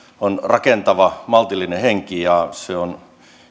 on rakentava maltillinen henki ja se on